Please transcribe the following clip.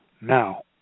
Now